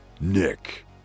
Nick